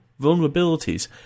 vulnerabilities